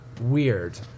weird